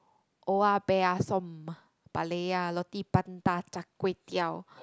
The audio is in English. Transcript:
oya-beh-ya-som roti prata Char-Kway-Teow